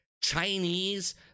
Chinese